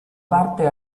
parte